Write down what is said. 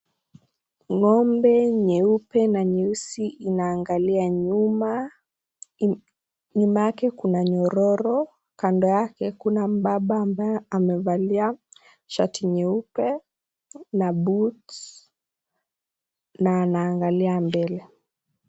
Ngombe nyeupe na nyeusi inaangaliw nyuma, nyuma yake kuna mnyororo, kando yake kuna baba ambaye amevalia shati nyeupe na (CS)boots(CS)na anaangalia mbele.